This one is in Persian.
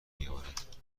میآورد